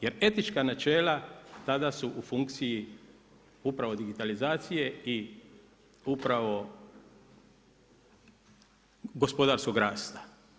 Jer etička načela, tada su u funkciji digitalizacije i upravo gospodarskog rasta.